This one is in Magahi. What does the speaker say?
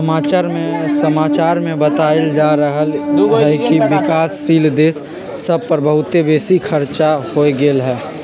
समाचार में बतायल जा रहल हइकि विकासशील देश सभ पर बहुते बेशी खरचा हो गेल हइ